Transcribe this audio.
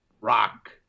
rock